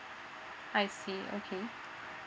I see okay